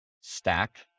stack